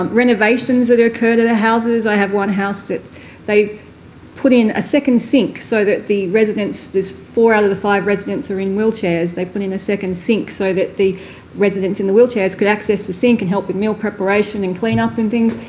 um renovations that have occurred at houses. i have one house that they put in a second sink so that the residents there's four out of the five residents are in wheelchairs. they put in a second sink so the residents in the wheelchairs could access the sink and help with meal preparation and clean up and things.